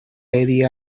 eddie